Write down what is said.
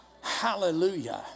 Hallelujah